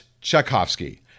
Tchaikovsky